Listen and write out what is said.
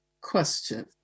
question